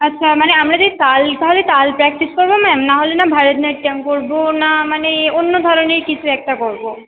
আচ্ছা মানে আমরা যে তালটা হবে তাল প্র্যাকটিস করব ম্যাম না হলে না ভরতনাট্যম করব না মানে অন্য ধরনের কিছু একটা করব